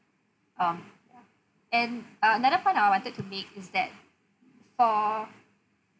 um and another point I wanted to make is that for